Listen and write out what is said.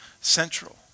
central